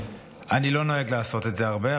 אני לא נוהג לעשות את זה הרבה,